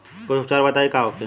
कुछ उपचार बताई का होखे?